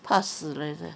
怕死人 eh